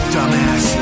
Dumbass